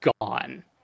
gone